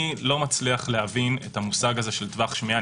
אני לא מצליח להבין את המושג של טווח שמיעה.